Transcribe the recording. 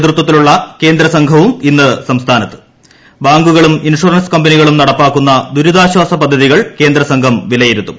നേതൃത്വത്തിലുളള കേന്ദ്രസ്ംഘവും ഇന്ന് സംസ്ഥാനത്ത് ബാങ്കുകളും ഇൻഷുറൻസ് കമ്പനികളും നടപ്പാക്കുന്ന ദുരിതാശ്ചാസ പദ്ധതികൾ കേന്ദ്രസംഘം വിലയിരുത്തും